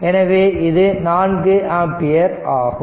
எனவே இது நான்கு ஆம்பியர் ஆகும்